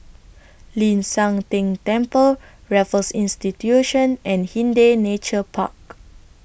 Ling San Teng Temple Raffles Institution and Hindhede Nature Park